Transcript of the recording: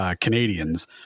Canadians